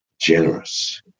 generous